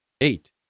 eight